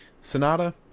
Sonata